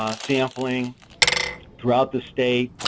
um sampling throughout the state.